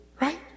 Right